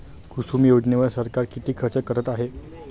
कुसुम योजनेवर सरकार किती खर्च करत आहे?